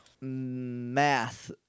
Math